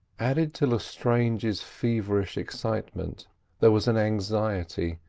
added to lestrange's feverish excitement there was an anxiety,